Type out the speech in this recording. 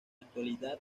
actualidad